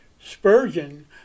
Spurgeon